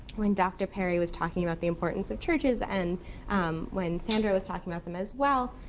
when dr. perry was talking about the importance of churches and when saundra was talking about them as well,